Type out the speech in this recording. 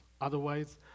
Otherwise